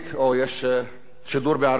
או יש שידור בערבית.